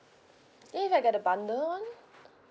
if I get the bundle [one]